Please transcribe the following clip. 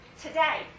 Today